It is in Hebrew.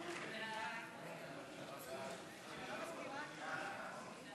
להעביר את הצעת חוק הדיור המוגן (תיקון,